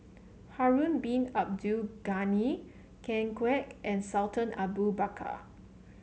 Harun Bin Abdul Ghani Ken Kwek and Sultan Abu Bakar